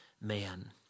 man